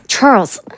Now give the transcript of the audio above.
Charles